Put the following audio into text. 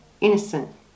innocent